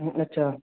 पचास